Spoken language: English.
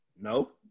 No